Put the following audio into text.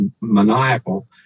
maniacal